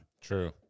True